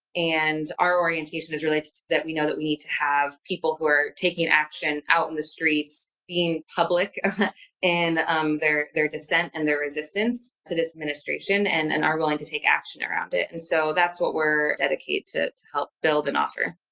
and our orientation is related to that. we know that we need to have people who are taking action out in the streets being public and um their their dissent and their resistance to this administration and and are willing to take action around it. and so that's what we're dedicated to to help build and offer.